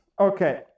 Okay